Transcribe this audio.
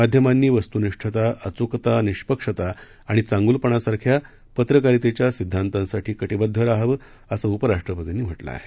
माध्यमांनी वस्तुनिष्ठता अचूकता निष्पक्षता आणि चांगुलपणासारख्या पत्रकारीतेच्या सिद्वांतासाठी कटीबद्ध राहावं असं उपराष्ट्रपतींनी म्हटल आहे